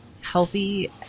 healthy